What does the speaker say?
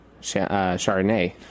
Chardonnay